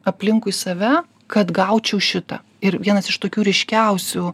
aplinkui save kad gaučiau šitą ir vienas iš tokių ryškiausių